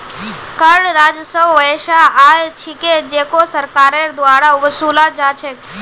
कर राजस्व वैसा आय छिके जेको सरकारेर द्वारा वसूला जा छेक